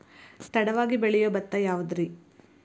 ತಡವಾಗಿ ಬೆಳಿಯೊ ಭತ್ತ ಯಾವುದ್ರೇ?